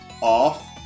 off